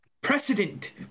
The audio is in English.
Precedent